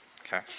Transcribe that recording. okay